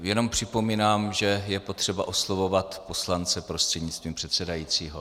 Jenom připomínám, že je potřeba oslovovat poslance prostřednictvím předsedajícího.